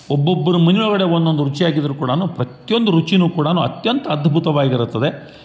ಒಬ್ಬೊಬ್ರ ಮನೆ ಒಳಗಡೆ ಒನ್ನೊಂದು ರುಚಿಯಾಗಿದ್ದರೂ ಕೂಡ ಪ್ರತ್ಯೊಂದು ರುಚಿ ಕೂಡ ಅತ್ಯಂತ ಅದ್ಭುತವಾಗಿರ್ತದೆ